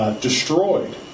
Destroyed